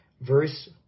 verse